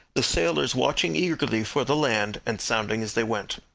the sailors watching eagerly for the land, and sounding as they went.